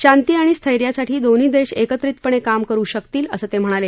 शांती आणि स्थैर्यासाठी दोन्ही देश एकत्रितपणे काम करु शकतील असं ते म्हणाले